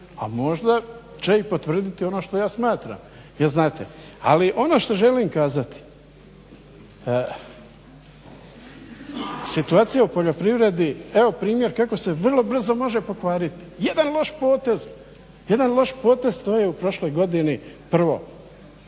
a možda će i potvrditi ono što ja smatram. Jel' znate? Ali ono što želim kazati situacija u poljoprivredi, evo primjer kako se vrlo brzo može pokvariti. Jedan loš potez to je u prošloj godini prvo.